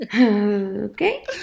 okay